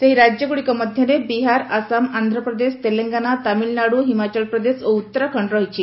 ସେହି ରାଜ୍ୟଗୁଡ଼ିକ ମଧ୍ୟରେ ବିହାର ଆସାମ ଆନ୍ଧ୍ରପ୍ରଦେଶ ତେଲଙ୍ଗାନା ତାମିଲନାଡୁ ହିମାଚଳପ୍ରଦେଶ ଓ ଉତ୍ତରାଖଣ୍ଡ ରହିଛି